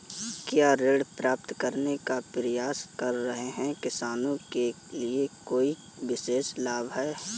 क्या ऋण प्राप्त करने का प्रयास कर रहे किसानों के लिए कोई विशेष लाभ हैं?